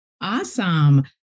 Awesome